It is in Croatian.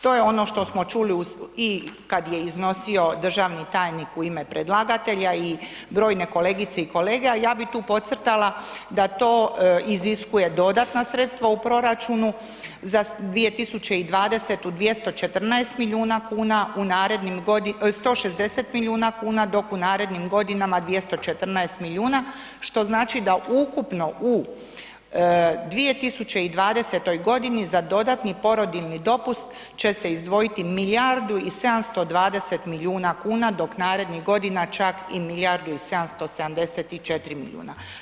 To je ono što smo čuli i kad je iznosio državni tajnik u ime predlagatelja i brojne kolegice i kolege, a ja bi tu podcrtala da to iziskuje dodatna sredstva u proračunu za 2020. 214 milijuna kuna u narednim godinama, 160 milijuna kuna, dok u narednim godinama 214 milijuna, što znači da ukupno u 2020.g. za dodatni porodiljni dopust će se izdvojiti milijardu i 720 milijuna kuna, dok narodnih godina čak i milijardu i 744 milijuna.